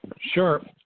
Sure